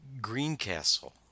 Greencastle